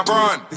run